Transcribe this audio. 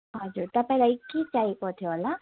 हजुर तपाईँलाई के चाहिएको थियो होला